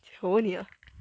求你了